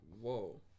Whoa